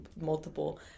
multiple